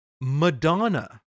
Madonna